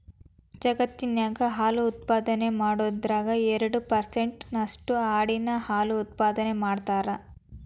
ಜಗತ್ತಿನ್ಯಾಗ ಹಾಲು ಉತ್ಪಾದನೆ ಮಾಡೋದ್ರಾಗ ಎರಡ್ ಪರ್ಸೆಂಟ್ ನಷ್ಟು ಆಡಿನ ಹಾಲು ಉತ್ಪಾದನೆ ಮಾಡ್ತಾರ